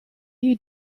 you